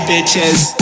bitches